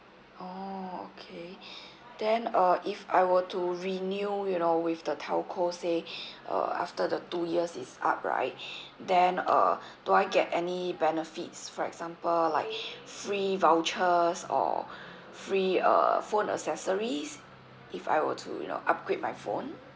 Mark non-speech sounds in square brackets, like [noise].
oh okay [breath] then uh if I were to renew you know with the telco say [breath] uh after the two years is up right [breath] then uh do I get any benefits for example like [breath] free vouchers or free uh phone accessories if I were to you know upgrade my phone